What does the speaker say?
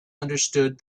understood